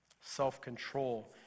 Self-control